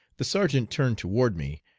the sergeant turned toward me,